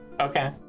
Okay